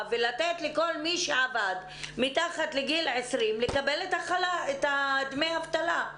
ולתת לכל מי שעבד מתחת לגיל 20 לקבל דמי אבטלה.